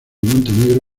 montenegro